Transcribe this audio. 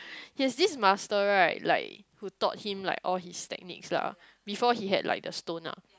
he has this master right like who taught him like all his techniques lah before he had like the stone ah